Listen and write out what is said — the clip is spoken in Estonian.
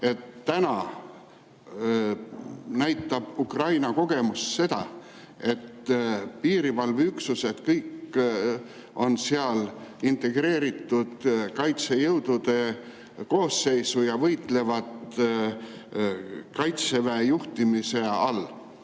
Täna näitab Ukraina kogemus seda, et kõik piirivalveüksused on seal integreeritud kaitsejõudude koosseisu ja võitlevad Kaitseväe juhtimise all.